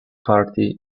party